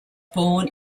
born